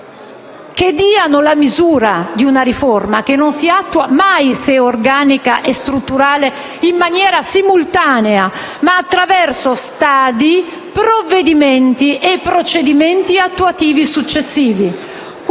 che diano la misura di una riforma che non si attua mai, se organica e strutturale, in maniera simultanea, ma attraverso stadi, provvedimenti e procedimenti attuativi successivi.